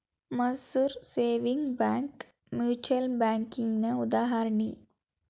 Mercer savings bank mutual ಬ್ಯಾಂಕಿಗಿ ಉದಾಹರಣಿ